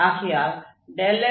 ஆகையால் ∇f